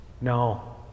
No